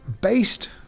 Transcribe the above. based